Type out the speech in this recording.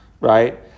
right